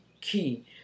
Key